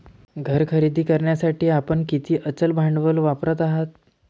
घर खरेदी करण्यासाठी आपण किती अचल भांडवल वापरत आहात?